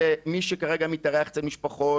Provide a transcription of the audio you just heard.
שמי שכרגע מתארח אצל משפחות,